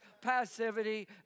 passivity